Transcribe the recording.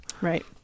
Right